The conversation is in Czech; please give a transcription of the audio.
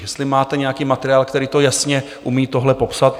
Jestli máte nějaký materiál, který jasně umí tohle popsat?